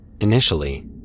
Initially